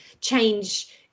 change